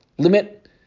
Limit